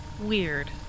weird